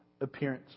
appearance